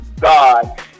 God